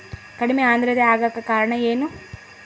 ಕಡಿಮೆ ಆಂದ್ರತೆ ಆಗಕ ಕಾರಣ ಏನು?